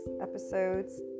Episodes